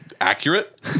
accurate